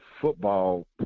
football